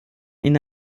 ihnen